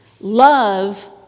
Love